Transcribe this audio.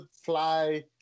fly